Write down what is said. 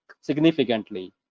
significantly